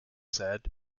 said